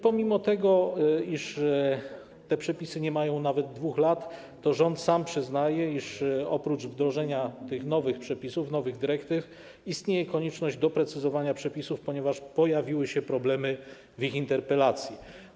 Pomimo iż te przepisy nie mają nawet 2 lat, rząd sam przyznaje, iż oprócz wdrożenia nowych przepisów, nowych dyrektyw, istnieje konieczność doprecyzowania przepisów, ponieważ pojawiły się problemy związane z ich interpretacją.